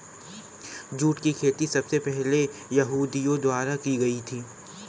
jute की खेती सबसे पहले यहूदियों द्वारा की गयी थी